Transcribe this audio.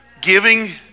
Giving